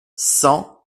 cent